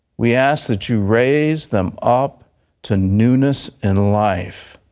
we ask that you raise them up to newness and life.